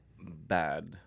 bad